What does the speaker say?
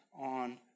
on